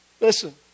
Listen